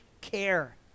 care